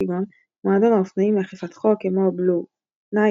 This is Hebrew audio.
כגון מועדון האופנועים לאכיפת חוק כמו Blue Knights,